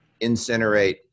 incinerate